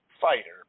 fighter